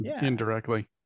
indirectly